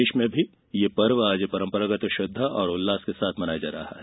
प्रदेश में भी ये पर्व आज परंपरागत श्रद्धा और उल्लास के साथ मनाया जा रहा है